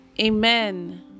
Amen